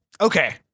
Okay